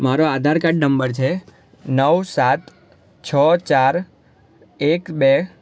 મારો Aadhaar card number છે નવ સાત છો ચાર એક બે